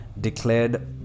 declared